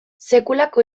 sekulako